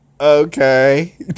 okay